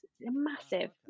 massive